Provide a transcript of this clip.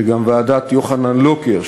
שגם ועדת יוחנן לוקר,